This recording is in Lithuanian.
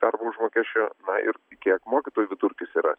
darbo užmokesčio ir kiek mokytojų vidurkis yra